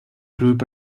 group